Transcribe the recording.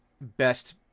best